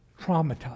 traumatized